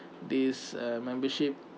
this uh membership